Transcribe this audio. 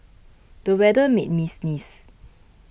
the weather made me sneeze